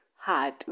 hard